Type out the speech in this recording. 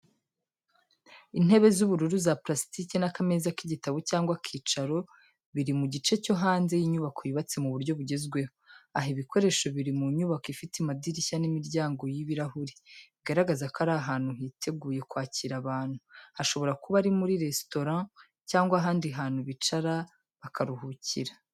Intebe z’ubururu za parasitike n’akameza k’igitabo cyangwa akicaro, biri mu gice cyo hanze y’inyubako yubatse mu buryo bugezweho. Aho ibi bikoresho biri ni mu nyubako ifite amadirishya n’imiryango y'ibirahuri, bigaragaza ko ari ahantu hiteguye kwakira abantu, hashobora kuba ari muri restaurant cyangwa ahandi abantu bicara bakaruhukira.